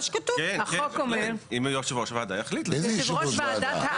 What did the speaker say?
והם הבטיחו שזה ייפתר